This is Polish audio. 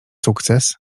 sukces